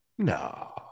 No